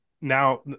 now